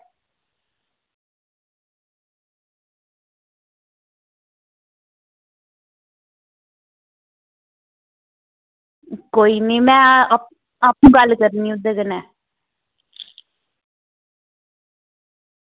कोई निं में आपूं गल्ल करनी आं ओह्दे कन्नै